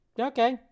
Okay